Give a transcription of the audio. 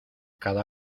cada